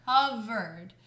COVERED